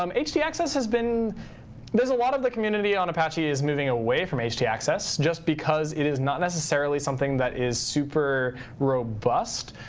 um yeah htaccess has been there's a lot of the community on apache is moving away from htaccess just because it is not necessarily something that is super robust.